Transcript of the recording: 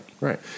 right